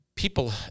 People